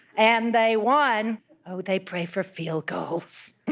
and they won oh, they pray for field goals,